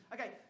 Okay